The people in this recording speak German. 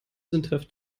sündhaft